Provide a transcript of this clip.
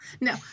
No